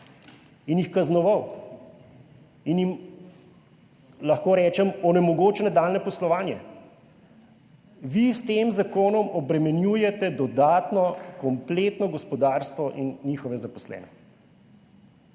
in jih kaznoval in jim, lahko rečem, onemogočil nadaljnje poslovanje. Vi s tem zakonom obremenjujete dodatno kompletno gospodarstvo in njihove zaposlene.